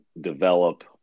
develop